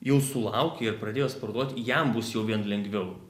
jau sulaukė ir pradėjo sportuot jam bus jau vien lengviau